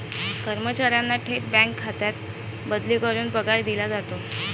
कर्मचाऱ्यांना थेट बँक खात्यात बदली करून पगार दिला जातो